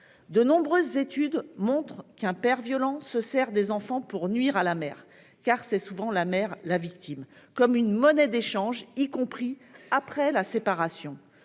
De nombreuses études montrent qu'un père violent se sert de ses enfants pour nuire à la mère ; car la victime est souvent la mère. Il l'utilise comme monnaie d'échange, y compris après la séparation.